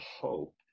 hope